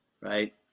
right